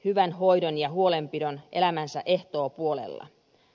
hyvän hoidon ja huolenpidon elämänsä ehtoopuolella